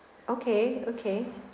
okay okay